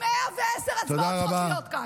110 אצבעות צריכות להיות כאן.